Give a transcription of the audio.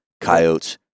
coyotes